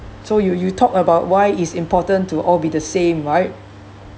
so you you talk about why is important to all be the same right